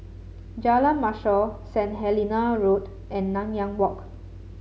Jalan Mashor Saint Helena Road and Nanyang Walk